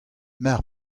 mar